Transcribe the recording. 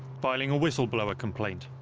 filing a whistleblower complaint.